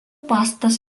pastatas